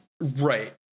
Right